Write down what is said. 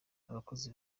abakozi